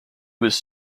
was